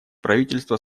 правительства